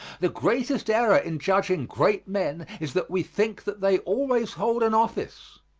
the greatest error in judging great men is that we think that they always hold an office.